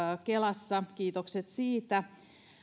kelassa kiitokset siitä